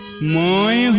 more